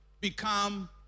become